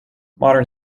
modern